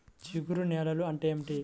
జిగురు నేలలు అంటే ఏమిటీ?